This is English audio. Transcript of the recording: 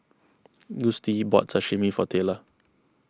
Gustie bought Sashimi for Taylor